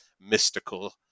mystical